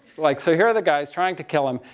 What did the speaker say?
like, so, here are the guys trying to kill him.